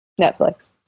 Netflix